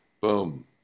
Boom